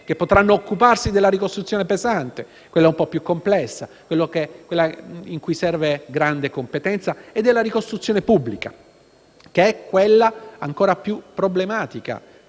che potranno occuparsi della ricostruzione pesante, quella un po' più complessa e per la quale serve grande competenza, e di quella pubblica, che è quella ancora più problematica